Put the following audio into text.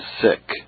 sick